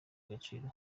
agaciro